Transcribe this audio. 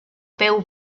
peu